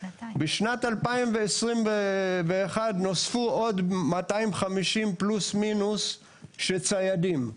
בשנת 2021 נוספו עוד 250 פלוס-מינוס של ציידים,